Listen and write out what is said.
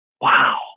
Wow